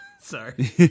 Sorry